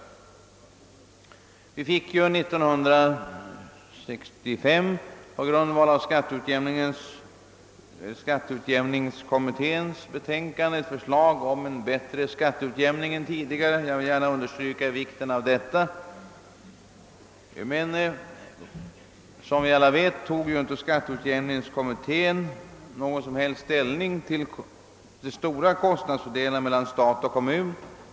1965 framlades ju på grundval av skatteutjämningskommitténs betänkande ett förslag om bättre skatteutjämning än tidigare. Jag vill gärna understryka vikten av detta, men som vi alla vet tog inte skatteutjämningskommittén någon som helst ställning till den stora frågan om kostnadsfördelningen mellan stat och kommun.